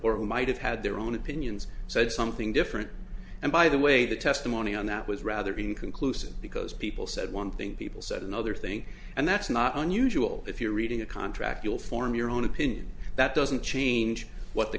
or who might have had their own opinions said something different and by the way the testimony on that was rather being conclusive because people said one thing people said another thing and that's not unusual if you're reading a contract you'll form your own opinion that doesn't change what the